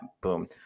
Boom